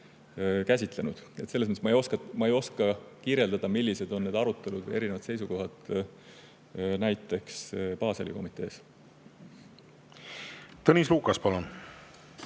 käsitlenud. Nii et selles mõttes ma ei oska kirjeldada, millised on olnud arutelud ja erinevad seisukohad Baseli komitees. Tõnis Lukas, palun!